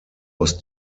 was